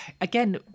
again